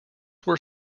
were